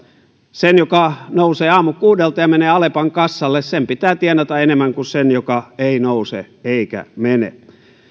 sen joka nousee aamukuudelta ja menee alepan kassalle pitää tienata enemmän kuin sen joka ei nouse eikä mene